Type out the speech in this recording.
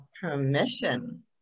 permission